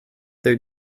there